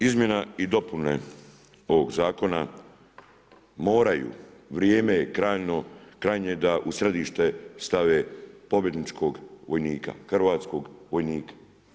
Izmjene i dopune ovog zakona, moraju, vrijeme je krajnje da u središte stave pobjedničkog vojnika, hrvatskog vojnika.